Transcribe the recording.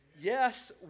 Yes